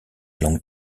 long